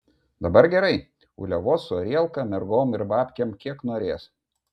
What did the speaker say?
dabar gerai uliavos su arielka mergom ir babkėm kiek norės